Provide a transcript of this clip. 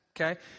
Okay